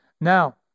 Now